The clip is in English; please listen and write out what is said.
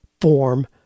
form